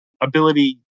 ability